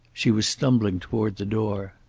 she was stumbling toward the door.